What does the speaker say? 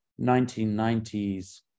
1990s